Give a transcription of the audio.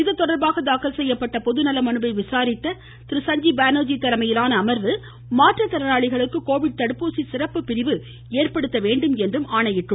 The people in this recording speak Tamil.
இதுதொடர்பாக தாக்கல் செய்யப்பட்ட பொதுநல மனுவை விசாரித்த சஞ்சீப் பான்ஜி தலைமையிலான அம்வு மாற்றுத்திறனாளிகளுக்கு கோவிட் தடுப்பூசி சிறப்பு பிரிவு ஏற்படுத்தப்பட வேண்டும் என்றும் ஆணையிட்டுள்ளது